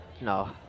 No